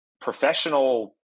professional